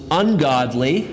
ungodly